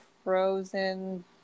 Frozen